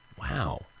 Wow